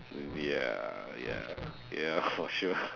maybe ah ya ya for sure